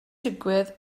digwydd